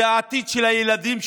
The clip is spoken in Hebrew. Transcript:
זה העתיד של הילדים שלנו,